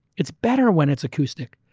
it's better when it's acoustic.